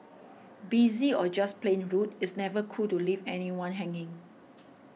busy or just plain rude it's never cool to leave anyone hanging